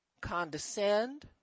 condescend